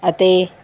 ਅਤੇ